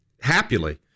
happily